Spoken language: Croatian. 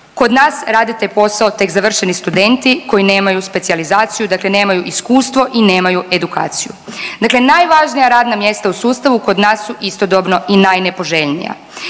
kod nas rade taj posao tek završeni studenti koji nemaj specijalizaciju, dakle nemaju iskustvo i nemaju edukaciju. Dakle, najvažnija radna mjesta u sustavu kod nas su istodobno i najnepoželjnija